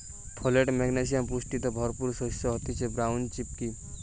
folate, magnesium পুষ্টিতে ভরপুর শস্য হতিছে ব্রাউন চিকপি